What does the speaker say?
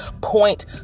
point